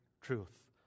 truth